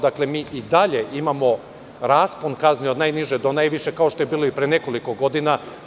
Dakle, mi i dalje imamo raspon kazni od najniže do najviše, kao što je bilo i pre nekoliko godina.